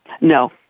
no